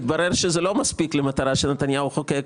התברר שזה לא מספיק למטרה שנתניהו חוקק,